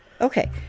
okay